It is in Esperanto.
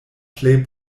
plej